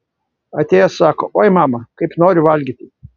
atėjęs sako oi mama kaip noriu valgyti